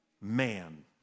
Man